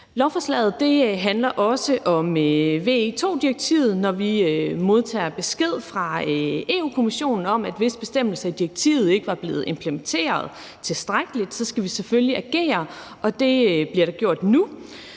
Lovforslaget handler også om VE II-direktivet. Når vi modtager besked fra Europa-Kommissionen om, at visse bestemmelser i direktivet ikke var blevet implementeret tilstrækkeligt, så skal vi selvfølgelig agere, og det bliver der gjort nu,